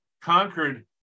conquered